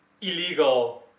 illegal